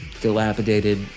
Dilapidated